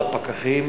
לפקחים,